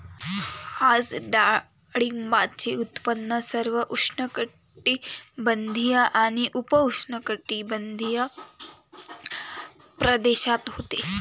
आज डाळिंबाचे उत्पादन सर्व उष्णकटिबंधीय आणि उपउष्णकटिबंधीय प्रदेशात होते